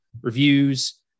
reviews